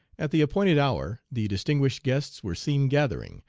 at the appointed hour the distinguished guests were seen gathering,